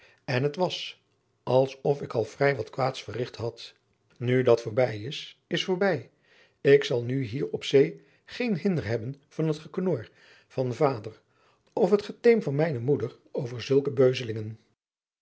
en het was als of ik al vrij wat kwaads verrigt had nu dat voorbij is is voorbij ik zal nu hier op zee geen hinder hebben van het geknor van vader of het geteem van mijne moeder over zulke beuzelingen